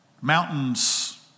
Mountains